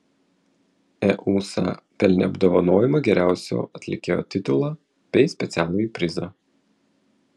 eusa pelnė apdovanojimą geriausio atlikėjo titulą bei specialųjį prizą